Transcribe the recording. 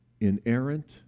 inerrant